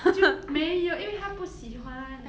就没有因为他不喜欢